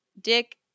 Dick